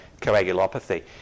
coagulopathy